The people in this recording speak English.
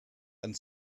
and